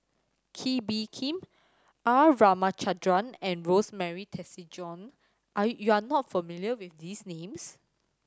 Kee Bee Khim R Ramachandran and Rosemary Tessensohn are you you are not familiar with these names